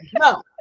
no